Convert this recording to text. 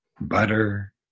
butter